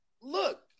look